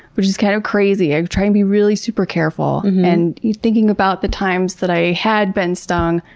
which is kind of crazy. i try and be really super careful. and thinking about the times that i had been stung,